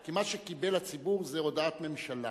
כי מה שקיבל הציבור זו הודעת ממשלה